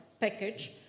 package